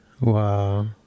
Wow